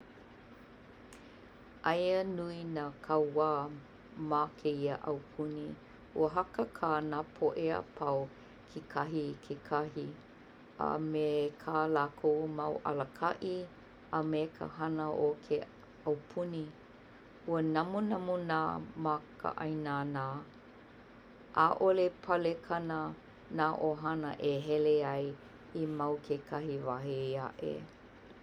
Aia nui nā kauā ma kēia ʻaupuni. Ua hakakā nā poʻe apau kekahi i kekahi a me kā lākou mau alakaʻi a me ka hana o ke ʻaupuni. Ua namunamu nā makaʻainanā. ʻAʻole palekana nā ʻohana e hele aku i mau kekahi wahi eaʻe